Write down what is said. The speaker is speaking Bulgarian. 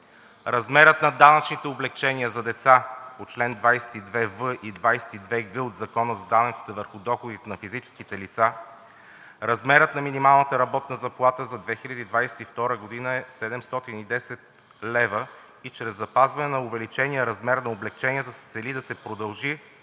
размерът на данъчните облекчения за деца по чл. 22в и 22г от Закона за данъците върху доходите на физическите лица, размерът на минималната работна заплата за 2022 г. е 710 лв. Чрез запазване на увеличения размер на облекченията се цели да се продължи